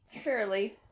Fairly